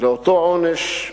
לאותו עונש?